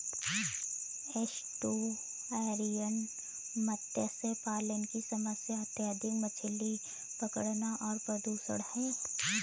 estuarine मत्स्य पालन की समस्या अत्यधिक मछली पकड़ना और प्रदूषण है